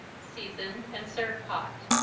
season and serve hot.